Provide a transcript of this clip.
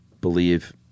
believe